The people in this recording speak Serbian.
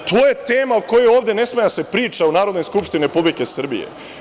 To je tema o kojoj ovde ne sme da se priča u Narodnoj skupštini Republike Srbije.